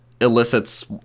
elicits